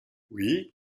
oui